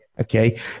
Okay